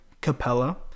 Capella